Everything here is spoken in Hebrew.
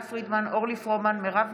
תהלה פרידמן,